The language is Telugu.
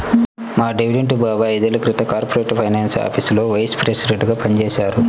మా డేవిడ్ బాబాయ్ ఐదేళ్ళ క్రితం కార్పొరేట్ ఫైనాన్స్ ఆఫీసులో వైస్ ప్రెసిడెంట్గా పనిజేశారు